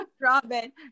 Robin